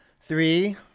Three